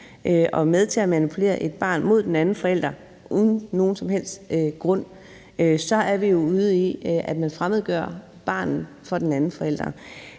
er med til at manipulere med et barn mod den anden forælder uden nogen som helst grund, er vi jo ude i, at man fremmedgør barnet fra den anden forælder.